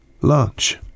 lunch